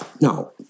Now